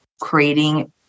creating